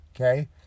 okay